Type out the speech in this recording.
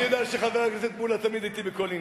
אני יודע שחבר הכנסת מולה תמיד אתי בכל עניין.